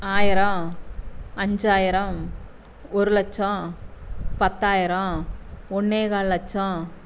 ஆயரம் அஞ்சாயிரம் ஒரு லச்சம் பத்தாயரம் ஒன்றேகால் லச்சம்